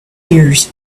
years